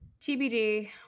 TBD